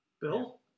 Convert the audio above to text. Bill